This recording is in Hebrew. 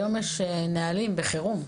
היום יש נהלים בחירום.